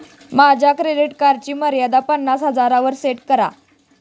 माझ्या क्रेडिट कार्डची मर्यादा पन्नास हजारांवर सेट करा